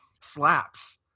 slaps